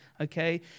okay